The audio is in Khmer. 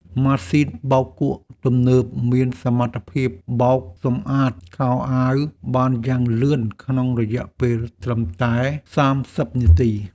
ម៉ាស៊ីនបោកគក់ទំនើបមានសមត្ថភាពបោកសម្អាតខោអាវបានយ៉ាងលឿនក្នុងរយៈពេលត្រឹមតែសាមសិបនាទី។